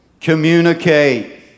Communicate